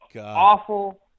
awful